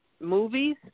movies